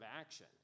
action